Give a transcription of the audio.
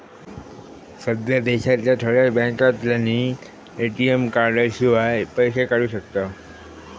सध्या देशांतल्या थोड्याच बॅन्कांतल्यानी ए.टी.एम कार्डशिवाय पैशे काढू शकताव